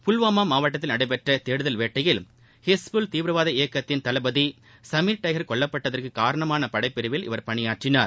புல்வாமா மாவட்டத்தில் நடைபெற்ற தேடுதல் வேட்டையில் ஹிஸ்புல் தீவிரவாத இயக்கத்தின் தளபதி ஜமீர் டைகர் கொல்லப்பட்டதற்கு காரணமாக படைப்பிரிவில் இவர் பணியாற்றினார்